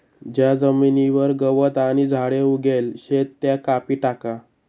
ज्या जमीनवर गवत आणि झाडे उगेल शेत त्या कापी टाका